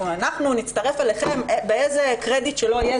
ואנחנו נצטרף אליכם באיזה קרדיט שלא יהיה,